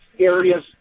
Areas